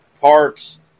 Parks